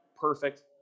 perfect